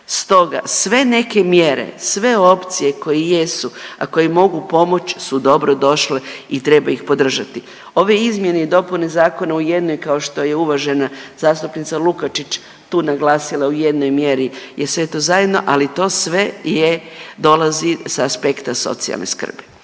Stoga, sve neke mjere, sve opcije koje jesu, a koje mogu pomoći su dobro došle i treba ih podržati. Ove izmjene i dopune zakona u jednoj kao što je uvažena zastupnica Lukačić tu naglasila u jednoj mjeri je sve to zajedno, ali to sve je, dolazi sa aspekta socijalne skrbi.